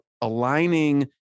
aligning